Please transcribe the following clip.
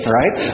right